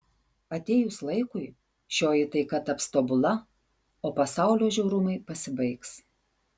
atėjus laikui šioji taika taps tobula o pasaulio žiaurumai pasibaigs